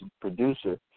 producer